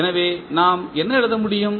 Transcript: எனவே நாம் என்ன எழுத முடியும்